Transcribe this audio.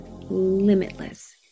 limitless